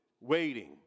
waiting